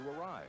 arrive